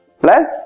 plus